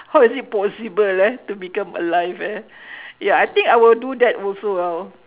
how is it possible ah to become alive ah ya I think I will do that also I'll